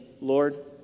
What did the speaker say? Lord